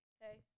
hey